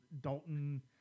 Dalton